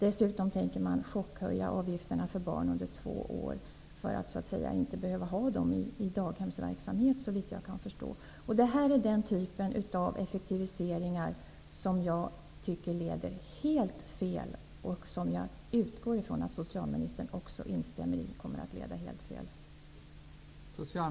Dessutom tänker man chockhöja avgifterna för barn under två år för att så att säga inte behöva ha dem i daghemsverksamheten, såvitt jag kan förstå. Det här är den typ av effektiviseringar som jag tycker leder helt fel. Jag utgår från att socialministern instämmer i att detta kommer att leda helt fel.